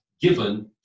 given